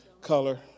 color